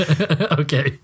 Okay